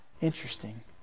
Interesting